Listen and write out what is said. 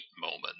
moment